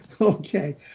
Okay